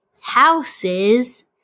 houses